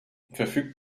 verfügt